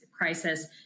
crisis